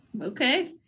okay